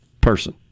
person